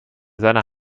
seiner